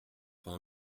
vingt